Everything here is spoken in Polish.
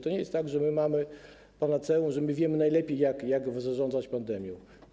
To nie jest tak, że my mamy panaceum, że my wiemy najlepiej, jak zarządzać pandemią.